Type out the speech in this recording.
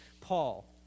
Paul